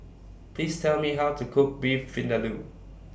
Please Tell Me How to Cook Beef Vindaloo